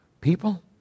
People